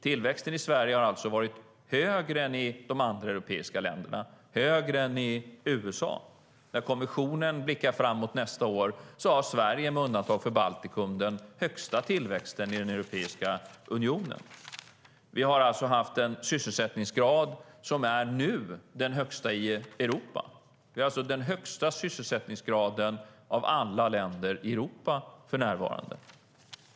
Tillväxten i Sverige har alltså varit högre än i de andra europeiska länderna och högre än i USA. När kommissionen blickar framåt nästa år har Sverige med undantag för Baltikum den högsta tillväxten i Europeiska unionen. Vi har haft en sysselsättningsgrad som varit den högsta i Europa. Vi har den högsta sysselsättningsgraden av alla länder i Europa för närvarande.